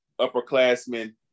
upperclassmen